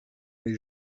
les